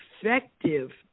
effective